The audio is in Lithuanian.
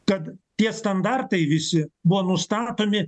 kad tie standartai visi buvo nustatomi